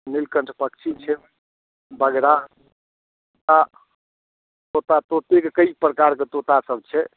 नीलकण्ठ पक्षी छै बगरा आ तोता तोती कऽ कइ प्रकार कऽ तोता सभ छै